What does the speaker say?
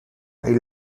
are